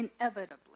inevitably